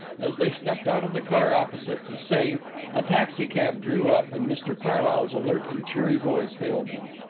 as they stepped out of the car opposite the safe a taxicab drew up and mr carlyle's alert and cheery voice hailed them.